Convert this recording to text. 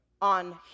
on